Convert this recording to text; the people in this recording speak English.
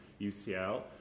UCL